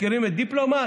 מכירים את דיפלומט?